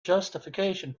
justification